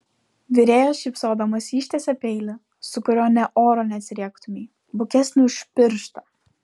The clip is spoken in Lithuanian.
virėjas šypsodamas ištiesia peilį su kuriuo nė oro neatsiriektumei bukesnį už pirštą